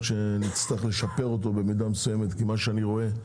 שנצטרך לשפר אותו במידה מסוימת כי מה שאני רואה,